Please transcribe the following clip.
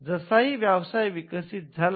जास्तही व्यवसाय विकसित झाला